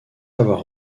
avoir